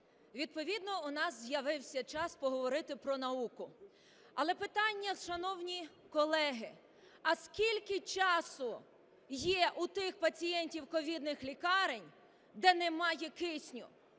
відповідно у нас з'явився час поговорити про науку. Але питання, шановні колеги, а скільки часу є у тих пацієнтів ковідних лікарень де немає кисню?